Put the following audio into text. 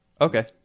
Okay